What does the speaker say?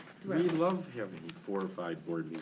thrilled. we love having four or five board